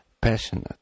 passionate